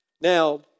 Now